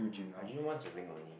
I gym once a week only